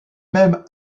même